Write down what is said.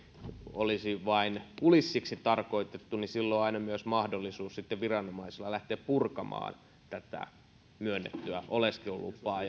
olisi vain kulissiksi tarkoitettu niin silloin on aina myös mahdollisuus viranomaisilla lähteä purkamaan tätä myönnettyä oleskelulupaa